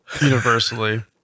universally